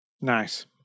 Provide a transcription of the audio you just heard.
Nice